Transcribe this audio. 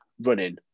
running